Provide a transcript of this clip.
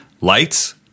lights